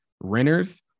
renters